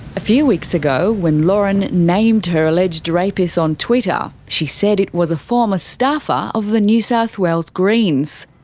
a few weeks ago when lauren named her alleged rapist on twitter, she said it was a former staffer of the new south wales greens.